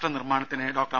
രാഷ്ട്ര നിർമ്മാണത്തിന് ഡോ